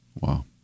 Wow